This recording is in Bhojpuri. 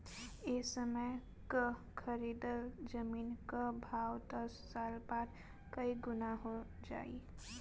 ए समय कअ खरीदल जमीन कअ भाव दस साल बाद कई गुना हो जाई